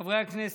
חברי הכנסת,